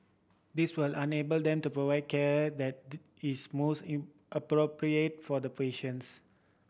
this will enable them to provide care that is most in appropriate for the patients